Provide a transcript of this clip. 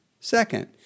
Second